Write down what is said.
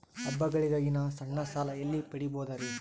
ಹಬ್ಬಗಳಿಗಾಗಿ ನಾ ಸಣ್ಣ ಸಾಲ ಎಲ್ಲಿ ಪಡಿಬೋದರಿ?